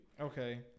Okay